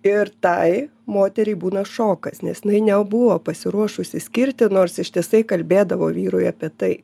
ir tai moteriai būna šokas nes jinai nebuvo pasiruošusi skirti nors ištisai kalbėdavo vyrui apie tai